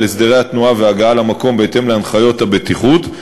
על הסדרי התנועה וההגעה למקום בהתאם להנחיות הבטיחות,